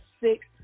six